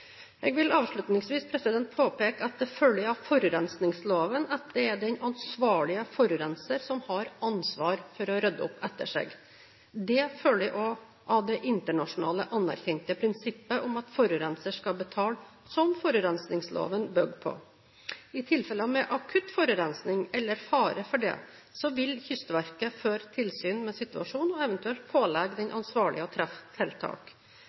Jeg vil avslutningsvis påpeke at det følger av forurensningsloven at det er den ansvarlige forurenser som har ansvar for å rydde opp etter seg. Dette følger også av det internasjonale anerkjente prinsippet om at forurenser skal betale – som forurensningsloven bygger på. I tilfeller med akutt forurensning, eller fare for dette, vil Kystverket føre tilsyn med situasjonen og eventuelt pålegge den ansvarlige å treffe tiltak.